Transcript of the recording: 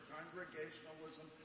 Congregationalism